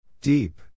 deep